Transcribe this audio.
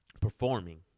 performing